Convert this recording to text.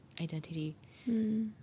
identity